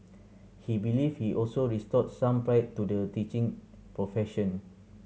he believe he also restored some pride to the teaching profession